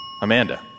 Amanda